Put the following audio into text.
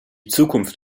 zukunft